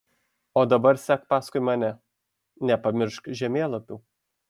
o dabar sek paskui mane nepamiršk žemėlapių